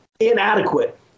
inadequate